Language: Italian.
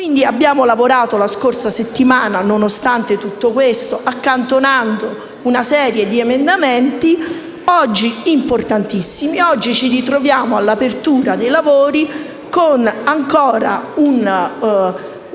Abbiamo lavorato la scorsa settimana, nonostante tutto questo, accantonando una serie di emendamenti importantissimi, e ci ritroviamo oggi, all'apertura dei nostri lavori, con un punto